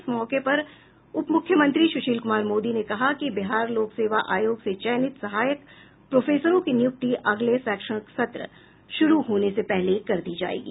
इस मौके पर उप मुख्यमंत्री सुशील कुमार मोदी ने कहा कि बिहार लोक सेवा आयोग से चयनित सहायक प्रोफेसरों की नियुक्ति अगले शैक्षणिक सत्र शुरू होने से पहले कर दी जायेगी